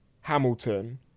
Hamilton